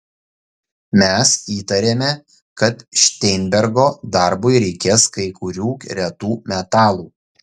mes įtarėme kad šteinbergo darbui reikės kai kurių retų metalų